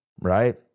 right